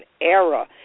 Era